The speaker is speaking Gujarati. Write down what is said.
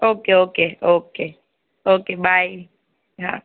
okay okay okay okay bye હા